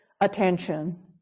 attention